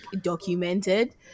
documented